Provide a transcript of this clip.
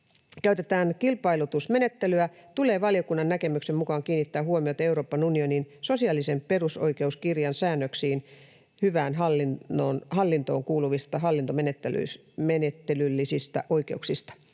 käytetään kilpailutusmenettelyä, tulee valiokunnan näkemyksen mukaan kiinnittää huomiota Euroopan unionin sosiaalisen perusoikeuskirjan säännöksiin hyvään hallintoon kuuluvista hallintomenettelyllisistä oikeuksista.”